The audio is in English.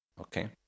okay